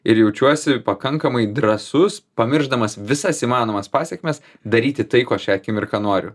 ir jaučiuosi pakankamai drąsus pamiršdamas visas įmanomas pasekmes daryti tai ko šią akimirką noriu